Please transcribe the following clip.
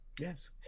yes